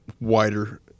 wider